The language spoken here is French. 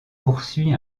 poursuit